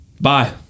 Bye